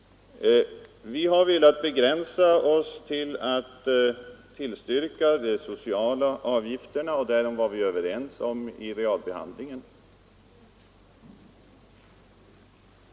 Vi har velat begränsa oss till att tillstyrka anslag för de sociala avgifterna och därom var vi överens vid realbehandlingen.